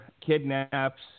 kidnaps